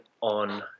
on